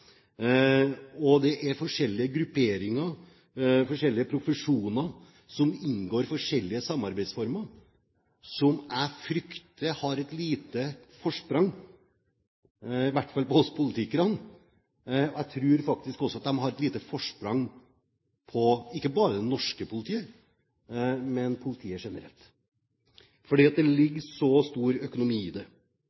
Det er forskjellige grupperinger, forskjellige profesjoner som inngår forskjellige samarbeidsformer, som jeg frykter har et lite forsprang, i hvert fall på oss politikere. Men jeg tror faktisk også at de ikke bare har et lite forsprang på det norske politiet, men på politiet generelt, for det ligger så mye økonomi i det.